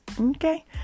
Okay